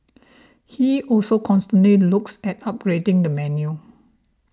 he also constantly looks at upgrading the menu